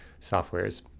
softwares